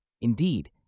Indeed